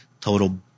total